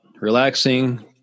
relaxing